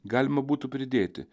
galima būtų pridėti